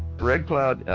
red cloud,